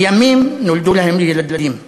לימים נולדו להם ילדים.